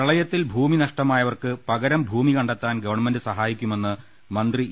പ്രളയത്തിൽ ഭൂമി നഷ്ടമായവർക്ക് പകരം ഭൂമി കണ്ടെത്താൻ ഗവൺമെന്റ് സഹായിക്കുമെന്ന് മന്ത്രി ഇ